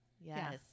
Yes